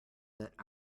that